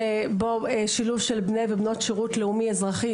ובו שילוב של בני ובנות שירות לאומי ואזרחי